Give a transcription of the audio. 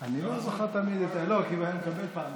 אני לא זוכר תמיד, אתה יכול להישאר שם.